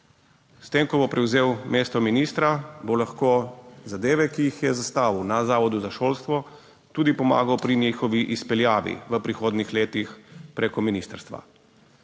S tem, ko bo prevzel mesto ministra, bo lahko zadeve, ki jih je zastavil na Zavodu za šolstvo, tudi pomagal pri njihovi izpeljavi v prihodnjih letih. Preko ministrstva.